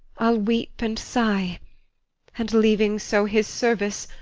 i'll weep and sigh and leaving so his service,